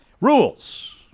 Rules